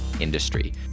industry